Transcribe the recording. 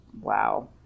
wow